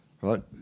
right